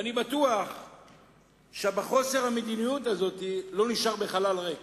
ואני בטוח שחוסר המדיניות הזה לא נשאר בחלל ריק.